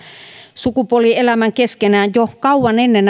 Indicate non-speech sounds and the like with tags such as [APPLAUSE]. sukupuolielämän keskenään jo kauan ennen [UNINTELLIGIBLE]